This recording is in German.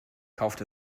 kauft